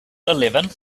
eleven